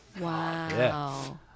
Wow